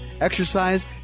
exercise